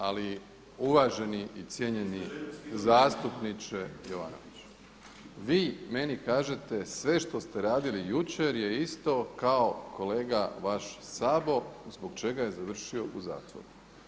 Ali uvaženi i cijenjeni zastupniče Jovanoviću, vi meni kažete sve što ste radili jučer je isto kao kolega vaš Sabo zbog čega je završio u zatvoru.